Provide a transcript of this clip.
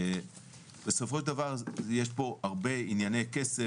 בסופו של דבר יש פה הרבה ענייני כסף